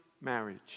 marriage